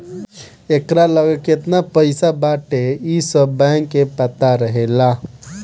एकरा लगे केतना पईसा बाटे इ सब बैंक के पता रहेला